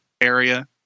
area